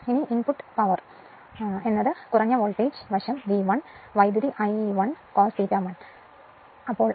ഇപ്പോൾ input power low voltage side V 1 current I1 cos ∅1 ആണ്